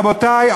רבותי,